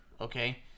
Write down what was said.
okay